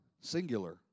singular